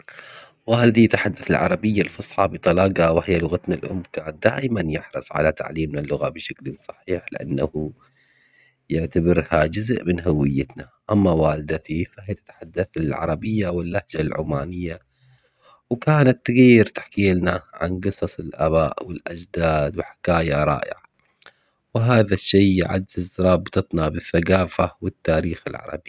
والدي يتحدث العربية الفصحى بطلاقة وهي لغتنا الأم، كان دائماً يحرص على تعليمنا اللغة بشكل صحيح لأنه يعتبرها جزء من هويتنا، أما والدتي فهي تتحدث العربية واللهجة العمانية وكانت تقير تحكيلنا عن قصص الآباء والأجداد وحكايا رائعة، وهذا الشي يعزز رابطتنا بالثقافة والتاريخ العربي.